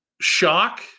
shock